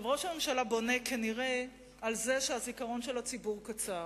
ראש הממשלה בונה כנראה על זה שהזיכרון של הציבור קצר.